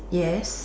yes